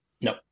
no